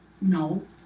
No